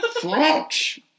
French